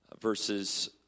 verses